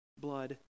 Blood